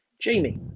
Jamie